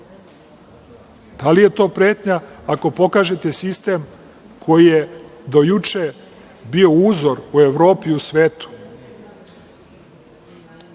Da li je to pretnja, ako pokažete sistem koji je do juče bio uzor u Evropi i u svetu,